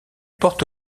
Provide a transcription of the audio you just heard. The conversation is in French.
porte